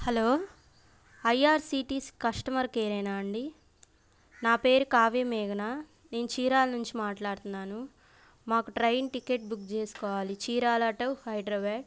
hello I R C T C customer కేరేనా అండి నా పేరు కావ్య మేఘన నేను చీరాల నుంచి మాట్లాడుతున్నాను మాకు ట్రైన్ టికెట్ బుక్ చేసుకోవాలి చీరాల టూ హైదరబాద్